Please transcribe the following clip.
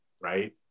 right